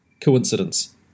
coincidence